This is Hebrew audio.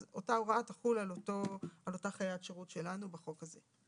אז אותה הוראה תחול על אותה חיית שירות שלנו בחוק הזה.